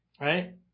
right